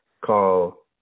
call